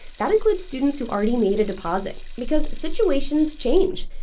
that includes students who already made a deposit because situations change.